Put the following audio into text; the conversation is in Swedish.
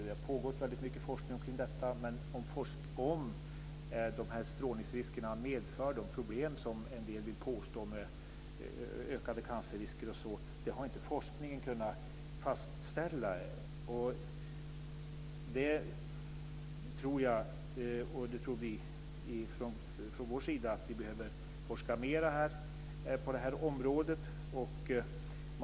Det har pågått mycket forskning om detta, men den har inte kunnat fastställa om strålningsriskerna medför de problem som en del vill påstå att de gör. Vi tror från vår sida att man behöver forska mer på området.